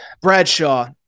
Bradshaw